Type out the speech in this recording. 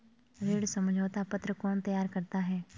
ऋण समझौता पत्र कौन तैयार करता है?